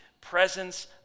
presence